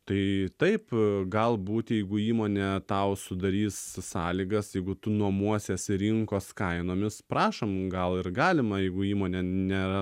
tai taip galbūt jeigu įmonė tau sudarys sąlygas jeigu tu nuomosiesi rinkos kainomis prašom gal ir galima jeigu įmonė nėra